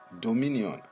dominion